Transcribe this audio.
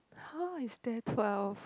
how is there twelve